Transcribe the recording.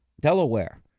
Delaware